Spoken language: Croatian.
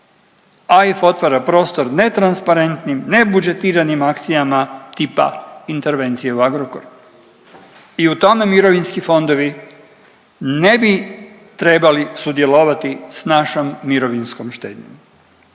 AIF otvara prostor netransparentnim, ne budžetiranim akcijama tipa intervencije u Agrokor i u tome mirovinski fondovi ne bi trebali sudjelovati s našom mirovinskom štednjom.